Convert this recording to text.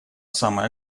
самое